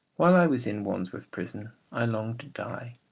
while i was in wandsworth prison i longed to die.